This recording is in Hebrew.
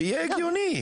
שיהיה הגיוני,